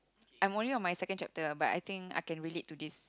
I'm only on my second chapter ah but I think I can relate to this